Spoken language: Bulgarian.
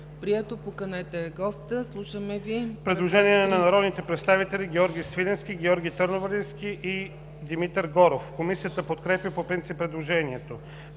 прието. Поканете госта. Слушаме Ви.